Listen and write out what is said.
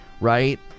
right